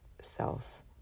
self